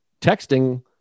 texting